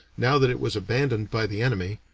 now that it was abandoned by the enemy,